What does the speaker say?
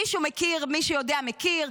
מי שיודע מכיר,